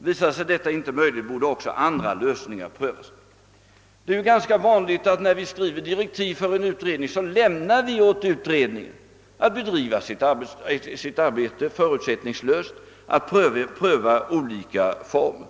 Är detta inte möjligt bör också andra lösningar prövas.» Det är ganska vanligt att vi i direktiven lämnar åt en utredning att bedriva sitt arbete förutsättningslöst och att pröva olika former.